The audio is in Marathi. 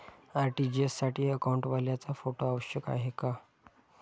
आर.टी.जी.एस साठी अकाउंटवाल्याचा फोटो आवश्यक आहे का?